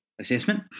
assessment